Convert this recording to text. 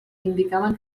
indicaven